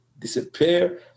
disappear